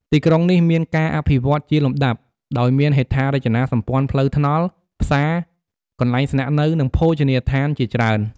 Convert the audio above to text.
ទីក្រុងនេះមានការអភិវឌ្ឍជាលំដាប់ ដោយមានហេដ្ឋារចនាសម្ព័ន្ធផ្លូវថ្នល់ ផ្សារ កន្លែងស្នាក់នៅ និងភោជនីយដ្ឋានជាច្រើន។